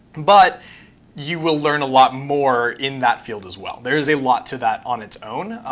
but you will learn a lot more in that field as well. there is a lot to that on its own.